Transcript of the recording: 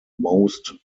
most